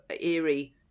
eerie